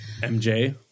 MJ